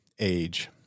age